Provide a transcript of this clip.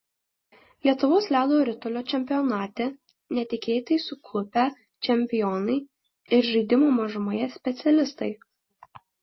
lietuvos ledo ritulio čempionate netikėtai suklupę čempionai ir žaidimo mažumoje specialistai